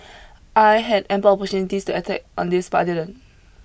I had ample opportunities to attack on this but I didn't